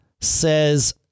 says